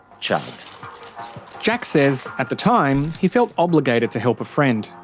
jack jack says, at the time, he felt obligated to help a friend.